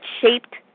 shaped